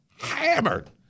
hammered